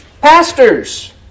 pastors